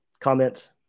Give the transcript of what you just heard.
comments